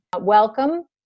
Welcome